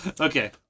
Okay